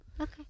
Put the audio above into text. Okay